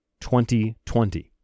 2020